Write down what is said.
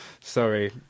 Sorry